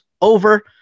over